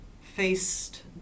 faced